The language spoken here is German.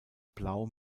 blau